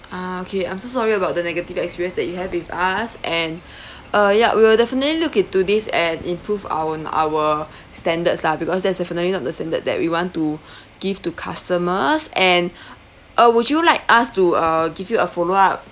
ah okay I'm so sorry about the negative experience that you have with us and uh ya we will definitely look into this and improve on our standards lah because that's definitely not the standard that we want to give to customers and uh would you like us to uh give you a follow up